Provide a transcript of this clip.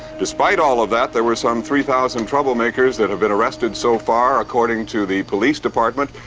despite all of that, there were some three thousand troublemakers that have been arrested so far according to the police department.